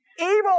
Evil